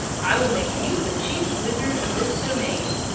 i will make you the chief wizard of this domain.